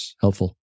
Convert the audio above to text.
helpful